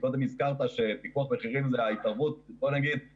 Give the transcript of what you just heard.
קודם הזכרת שפיקוח מחירים זה הדבר האחרון,